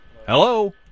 Hello